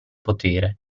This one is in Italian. potere